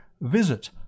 visit